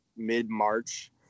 mid-March